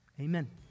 Amen